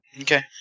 Okay